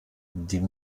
die